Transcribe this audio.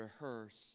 rehearse